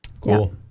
Cool